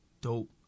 dope